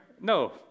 No